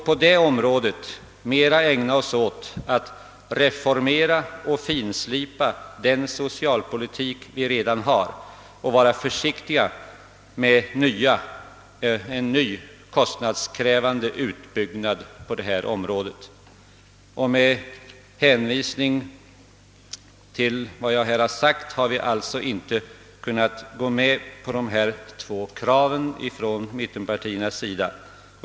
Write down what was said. På det området får vi ägna oss mera åt att reformera och finslipa den socialpolitik vi redan har och vara försiktiga med en ny kostnadskrävande utbyggnad. Med hänvisning till vad jag här sagt har vi sålunda inte kunnat gå med på mittenpartiernas krav.